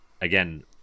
again